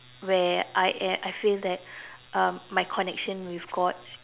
where I am I feel that um my connection with god